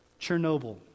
Chernobyl